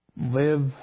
live